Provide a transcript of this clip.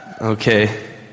Okay